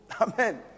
Amen